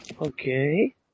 Okay